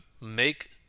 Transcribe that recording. make